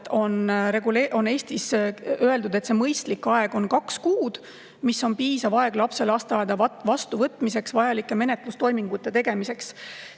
on Eestis öeldud, et see mõistlik aeg on kaks kuud, mis on piisav aeg lapse lasteaeda vastuvõtmiseks vajalike menetlustoimingute tegemiseks.